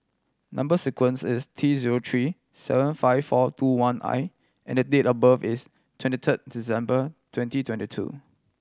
number sequence is T zero three seven five four two one I and date of birth is twenty third December twenty twenty two